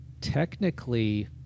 technically